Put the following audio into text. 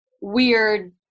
weird